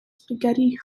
spaghetti